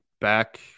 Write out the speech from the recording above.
back